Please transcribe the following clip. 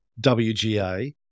WGA